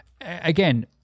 again